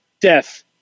Death